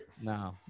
No